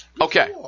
Okay